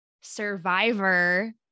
Survivor